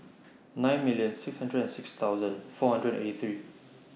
nine million six hundred and six thousand four hundred and eighty three